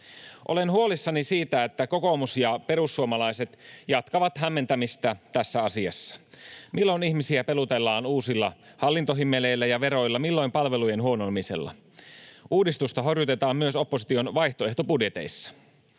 Olen huolissani siitä, että kokoomus ja perussuomalaiset jatkavat hämmentämistä tässä asiassa. Milloin ihmisiä pelotellaan uusilla hallintohimmeleillä ja veroilla, milloin palvelujen huononemisella. Uudistusta horjutetaan myös opposition vaihtoehtobudjeteissa.